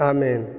Amen